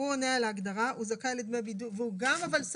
הוא עונה על ההגדרה, אבל הוא גם שכיר,